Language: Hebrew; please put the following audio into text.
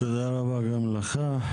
תודה רבה גם לך.